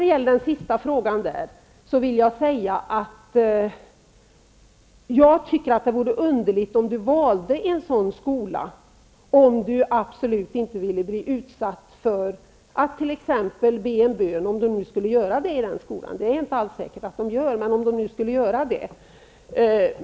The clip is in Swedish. Beträffande den sista frågan vill jag säga att det vore underligt om man valde en kristen skola om man absolut inte vill bli ''utsatt för'' att t.ex. be en bön i den skolan. Det är ju inte alldels säkert att det görs i skolan.